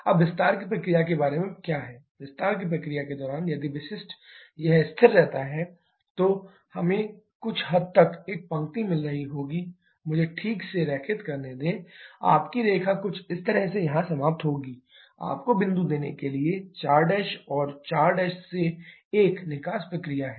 अब विस्तार की प्रक्रिया के बारे में क्या है विस्तार की प्रक्रिया के दौरान यदि विशिष्ट यह स्थिर रहता है तो हमें कुछ हद तक एक पंक्ति मिल रही होगी मुझे ठीक से रेखित करने दें आपकी रेखा कुछ इस तरह से यहां समाप्त होगी आपको बिंदु देने के लिए 4 और 4 1 निकास प्रक्रिया है